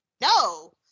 No